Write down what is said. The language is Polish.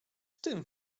tym